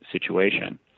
situation